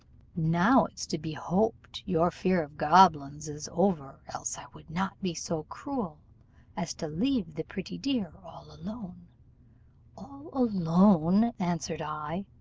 now it's to be hoped your fear of goblins is over, else i would not be so cruel as to leave the pretty dear all alone all alone answered i